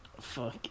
fuck